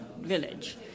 village